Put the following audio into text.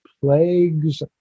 Plagues